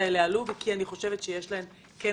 האלו עלו ואני חושבת שיש להן השלכות.